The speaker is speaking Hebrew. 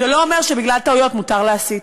זה לא אומר שבגלל טעויות מותר להסית,